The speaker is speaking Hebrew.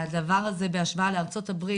הדבר הזה בהשוואה לארה"ב,